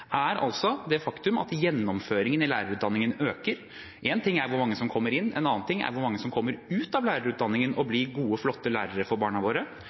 er altså det faktum at gjennomføringen i lærerutdanningen øker. En ting er hvor mange som kommer inn, en annen ting er hvor mange som kommer ut av lærerutdanningen og blir gode, flotte lærere for barna våre.